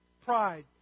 pride